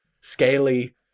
scaly